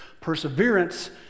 perseverance